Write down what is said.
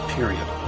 Period